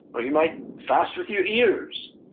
or, you might fast with your ears.